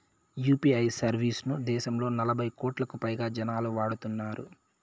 UPI service ను దేశంలో నలభై కోట్లకు పైగా జనాలు వాడుతున్నారు